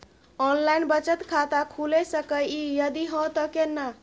Online बचत खाता खुलै सकै इ, यदि हाँ त केना?